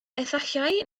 efallai